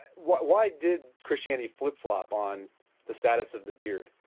why why did christianity flip-flop on the status of the beard?